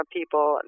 people